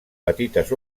petites